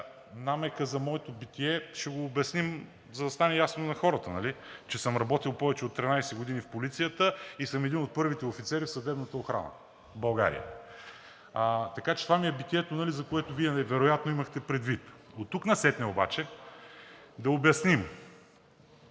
намекът за моето битие ще го обясним, за да стане ясно на хората, нали, че съм работил повече от 13 години в полицията и съм един от първите офицери в Съдебната охрана в България. Така че това ми е битието, за което Вие вероятно имахте предвид. Оттук насетне обаче да обясним.